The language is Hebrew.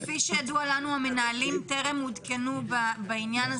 כפי שידוע לנו, המנהלים טרם עודכנו בעניין הזה.